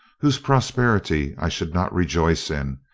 whose prosperity i should not rejoice in,